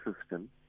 system